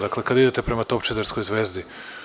Dakle, kada idete prema Topčiderskoj Zvezdi.